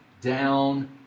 down